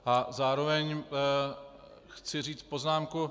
A zároveň chci říct poznámku.